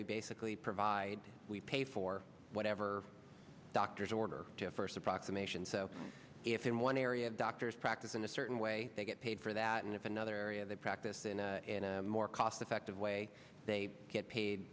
we basically provide we pay for whatever doctors order to first approximation so if in one area of doctor practice in a certain way they get paid for that and if another area they practice and in a more cost effective way they get